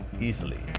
easily